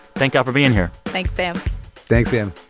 thank y'all for being here thanks, sam thanks, sam